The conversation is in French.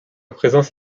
présence